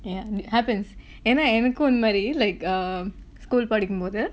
yeah it happens and ஏனா எனக்கும் உன்மாரி:yaenaa enakkum unamaari like um school படிக்கும் போது:padikkum pothu